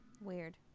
Weird